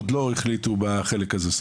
עוד לא החליטו בחלק הזה,